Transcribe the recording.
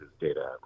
data